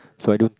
so I don't